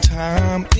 time